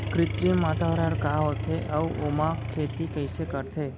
कृत्रिम वातावरण का होथे, अऊ ओमा खेती कइसे करथे?